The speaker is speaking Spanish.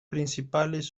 principales